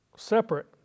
Separate